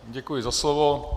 Děkuji za slovo.